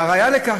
והראיה לכך,